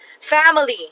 family